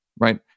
right